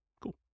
Cool